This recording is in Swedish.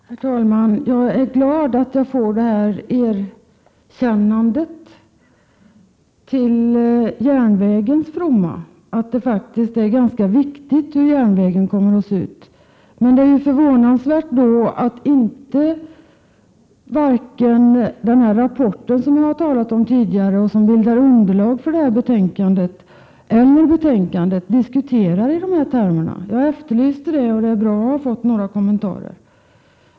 Herr talman! Jag är glad att jag får detta erkännande till järnvägens fromma om att det faktiskt är ganska viktigt hur järnvägen kommer att se ut. Det är dock förvånansvärt att det varken i den rapport, som jag har talat om tidigare och som bildar underlag för betänkandet, eller i betänkandet diskuteras i dessa termer. Jag efterlyste det, och det är bra att få några kommentarer.